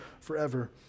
forever